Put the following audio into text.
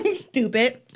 stupid